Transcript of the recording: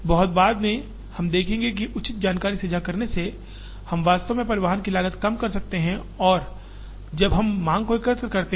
बहुत बाद में हम देखेंगे कि उचित जानकारी साझा करने से हम वास्तव में परिवहन की लागत को कम कर सकते हैं या जब हम मांग को एकत्र करते हैं